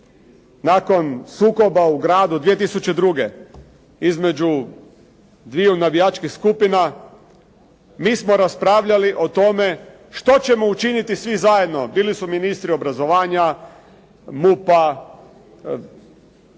Nakon sukoba u gradu 2002. između dviju navijačkih skupina mi smo raspravljali o tome što ćemo učiniti svi zajedno. Bili su ministri obrazovanja, MUP-a,